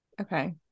okay